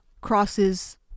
crosses